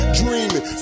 dreaming